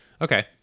Okay